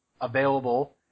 available